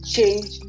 change